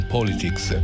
Politics